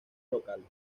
locales